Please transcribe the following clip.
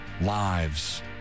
lives